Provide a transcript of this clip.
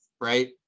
Right